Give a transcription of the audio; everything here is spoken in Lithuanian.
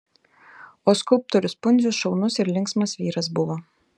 o skulptorius pundzius šaunus ir linksmas vyras buvo